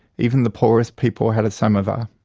even the poorest people had a samovar.